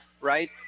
Right